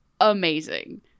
Amazing